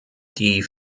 die